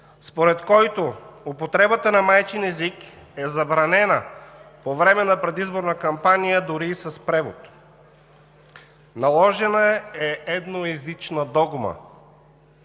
според който употребата на майчин език е забранена по време на предизборна кампания, дори и с превод. Наложена е едноезична догма.